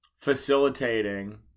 facilitating